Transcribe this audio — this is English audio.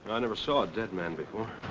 ah never saw a dead man before.